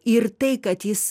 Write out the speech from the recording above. ir tai kad jis